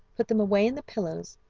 put them away in the pillows,